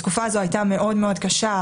התקופה הזאת הייתה מאוד-מאוד קשה,